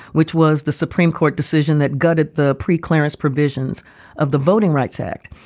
which was the supreme court decision that gutted the pre-clearance provisions of the voting rights act.